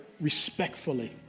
respectfully